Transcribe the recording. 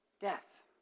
Death